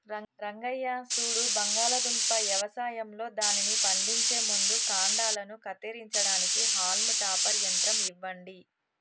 రంగయ్య సూడు బంగాళాదుంప యవసాయంలో దానిని పండించే ముందు కాండలను కత్తిరించడానికి హాల్మ్ టాపర్ యంత్రం ఇవ్వండి